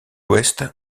ouest